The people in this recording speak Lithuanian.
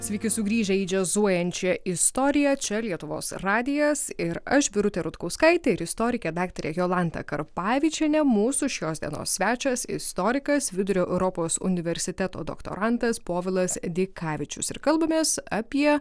sveiki sugrįžę į džiazuojančią istoriją čia lietuvos radijas ir aš birutė rutkauskaitė ir istorikė daktarė jolanta karpavičienė mūsų šios dienos svečias istorikas vidurio europos universiteto doktorantas povilas dikavičius ir kalbamės apie